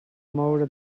moure